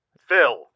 Phil